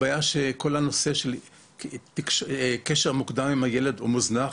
הבעיה היא גם בנושא הקשר המוקדם עם הילד שהוא מוזנח,